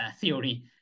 theory